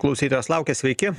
klausytojas laukia sveiki